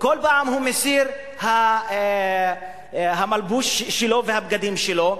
כל פעם הוא מסיר מלבוש שלו, את הבגדים שלו.